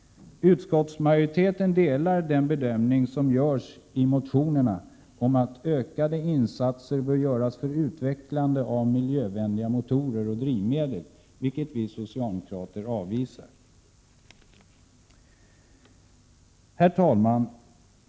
Utskottsmajoriteten delar den bedömning som görs i motionerna om att ökade insatser bör göras för utvecklande av miljövänliga motorer och drivmedel, vilket vi socialdemokrater avvisar. Herr talman!